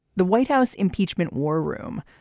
the white house impeachment war room.